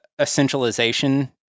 essentialization